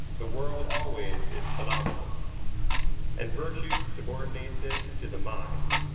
the world always is phenomenal and virtue subordinates it to the mind.